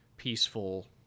peaceful